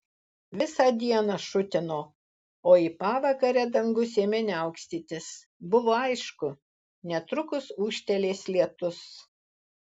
visą dieną šutino o į pavakarę dangus ėmė niaukstytis buvo aišku netrukus ūžtelės lietus